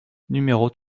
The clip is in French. numéros